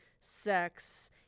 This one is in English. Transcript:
sex